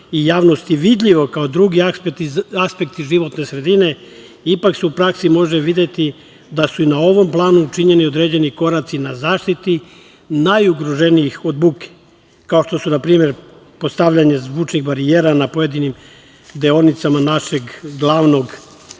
i javnosti vidljiva kao drugi aspekti životne sredine ipak se u praksi može videti da su i na ovom planu učinjeni određeni koraci na zaštiti najugroženijih od buke, kao što su na primer postavljanje zvučnih barijera na pojedinim deonicama našeg glavnog